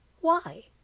Why